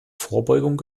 vorbeugung